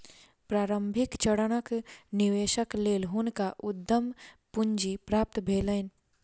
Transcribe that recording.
प्रारंभिक चरणक निवेशक लेल हुनका उद्यम पूंजी प्राप्त भेलैन